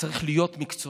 צריך להיות מקצועיים.